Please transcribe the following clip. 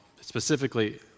Specifically